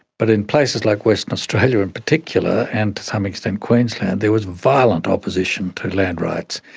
but in places like western australia in particular and to some extent queensland, there was violent opposition to land rights.